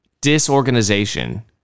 disorganization